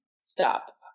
stop